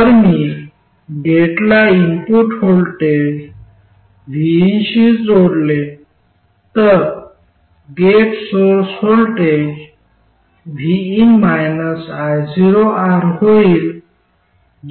जर मी गेटला इनपुट व्होल्टेज vin शी जोडले तर gate source voltage vin ioR होईल